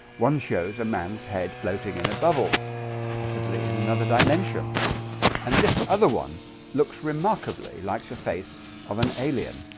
one shows a man's head floating in a bubble possibly in another dimension and this other one looks remarkably like the face of an alien